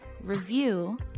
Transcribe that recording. review